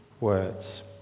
words